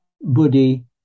buddhi